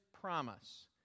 promise